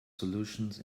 solutions